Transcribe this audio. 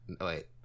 Wait